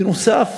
בנוסף,